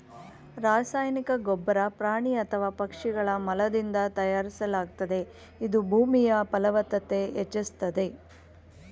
ರಾಸಾಯನಿಕ ಗೊಬ್ಬರ ಪ್ರಾಣಿ ಅಥವಾ ಪಕ್ಷಿಗಳ ಮಲದಿಂದ ತಯಾರಿಸಲಾಗ್ತದೆ ಇದು ಭೂಮಿಯ ಫಲವ್ತತತೆ ಹೆಚ್ಚಿಸ್ತದೆ